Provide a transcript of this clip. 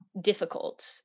difficult